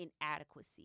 inadequacy